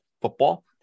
football